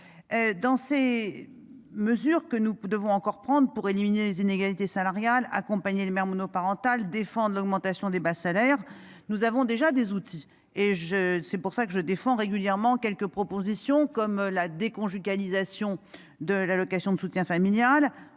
Dans ces mesures que nous devons encore prendre pour éliminer les inégalités salariales accompagner les mères monoparentales défendent l'augmentation des bas salaires. Nous avons déjà des outils et je c'est pour ça que je défends régulièrement quelques propositions comme la déconjugalisation de l'allocation de soutien familial